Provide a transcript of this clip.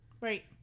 Right